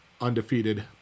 undefeated